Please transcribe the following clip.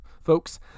folks